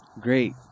Great